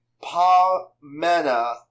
pa-mena